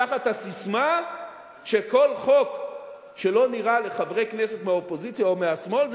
תחת הססמה שכל חוק שלא נראה לחברי כנסת מהאופוזיציה או מהשמאל,